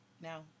now